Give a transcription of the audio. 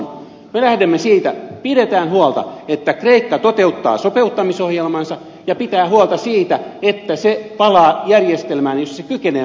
me lähdemme siitä että pidetään huolta siitä että kreikka toteuttaa sopeuttamisohjelmansa ja pitää huolta siitä että se palaa järjestelmään jossa se kykenee maksamaan velkansa